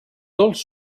dolç